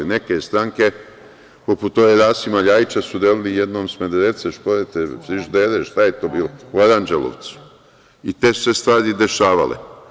Neke stranke, poput ove Rasima Ljajića, su delile jednom smederevce, šporete, frižidere, šta je to bilo, u Aranđelovcu i te su se stvari dešavale.